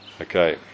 Okay